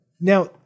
Now